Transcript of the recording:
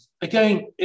again